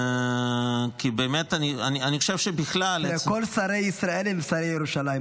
אני חושב שבכלל --- כל שרי ישראל הם שרי ירושלים.